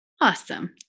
Awesome